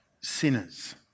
sinners